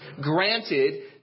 granted